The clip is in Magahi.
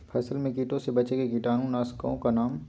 फसल में कीटों से बचे के कीटाणु नाशक ओं का नाम?